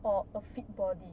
or a fit body